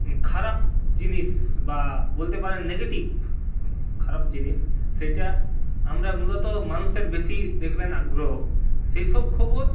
খারাপ জিনিস বা বলতে পারেন নেগেটিভ খারাপ জিনিস সেটা আমরা মূলত মানুষের বেশি দেখবেন আগ্রহ সেসব খবর